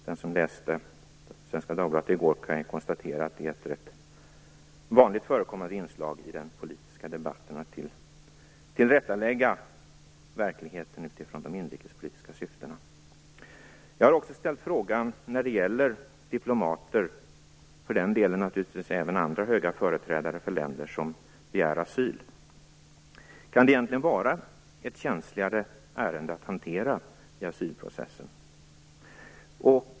Den som läste Svenska Dagbladet i går kunde konstatera att det är ett rätt vanligt förekommande inslag i den politiska debatten att tillrättalägga verkligheten utifrån de inrikespolitiska syftena. Jag har också ställt frågan när det gäller diplomater och för den delen naturligtvis även andra höga företrädare för länder som begär asyl. Kan det egentligen finnas ett känsligare ärende att hantera i asylprocessen?